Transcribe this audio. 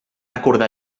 acordar